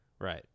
Right